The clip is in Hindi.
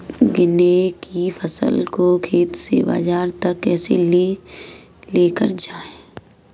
गन्ने की फसल को खेत से बाजार तक कैसे लेकर जाएँ?